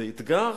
זה אתגר.